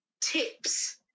tips